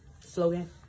slogan